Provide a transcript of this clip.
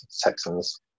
Texans